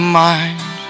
mind